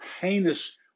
heinous